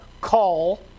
call